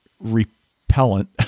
repellent